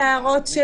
את